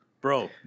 bro